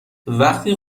وقتی